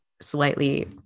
slightly